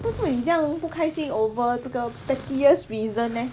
为什么你酱不开心 over 这个 pettiest reason leh